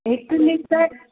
हिकु लिटर